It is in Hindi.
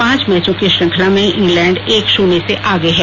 पांच मैचो की श्रृंखला में इंग्लैंड एक शून्य से आगे है